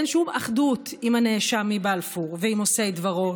אין שום אחדות עם הנאשם מבלפור ועם עושי דברו,